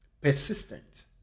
persistent